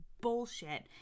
bullshit